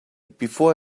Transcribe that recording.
before